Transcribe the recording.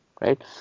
right